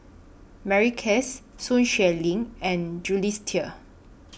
Mary Klass Sun Xueling and Jules Itier